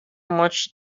much